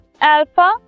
alpha